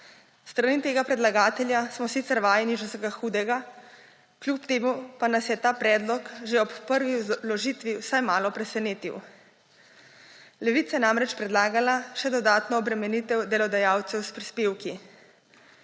strani tega predlagatelja smo sicer vajeni že vsega hudega, kljub temu pa nas je ta predlog že ob prvi vložitvi vsaj malo presenetil. Levica je namreč predlagala še dodatno obremenitev delodajalcev s prispevki.